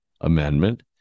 amendment